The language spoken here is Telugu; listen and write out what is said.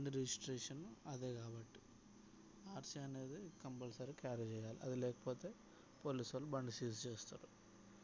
బండి రిజిస్ట్రేషన్ అదే కాబట్టి ఆర్సి అనేది కంపల్సరీ క్యారీ చేయాలి అది లేకపోతే పోలీసు వాళ్ళు బండి సీజ్ చేస్తారు